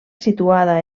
situada